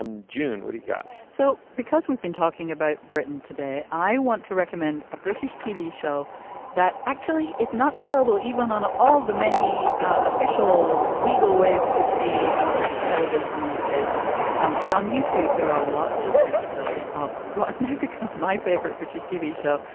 um june, what do you got? so because we've been talking about britain today. i want to recommend a british tv show that actually is not available even on all the many official legal ways to see british television these days um but on youtube, there are lots of episodes of what's now become my favorite british tv show,